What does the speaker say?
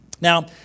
Now